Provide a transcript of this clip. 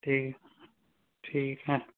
ਠੀਕ ਠੀਕ ਹੈ